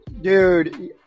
dude